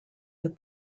that